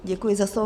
Děkuji za slovo.